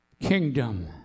kingdom